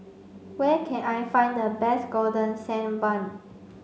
where can I find the best golden sand bun